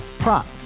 Prop